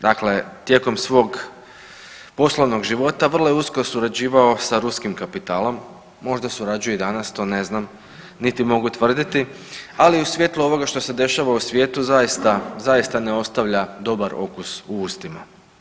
Dakle, tijekom svog poslovnog života vrlo je usko surađivao sa ruskim kapitalom, možda surađuje i danas, to ne znam niti mogu tvrditi, ali u svjetlu ovoga što se dešava u svijetu, zaista, zaista ne ostavlja dobar okus u ustima.